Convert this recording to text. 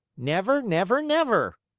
never, never, never!